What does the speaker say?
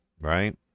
right